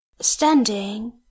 standing